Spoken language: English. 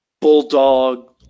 bulldog